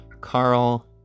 Carl